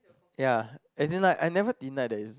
ya as in like I never deny that it's